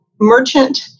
merchant